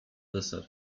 deser